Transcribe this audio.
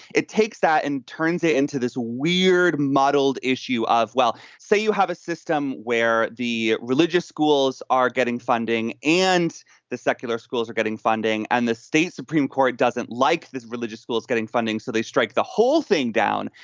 it takes that and turns it into this weird, muddled issue of, well, say you have a system where the religious schools are getting funding and the secular schools are getting funding. and the state supreme court doesn't like this religious schools getting funding. so they strike the whole thing down.